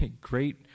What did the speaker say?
great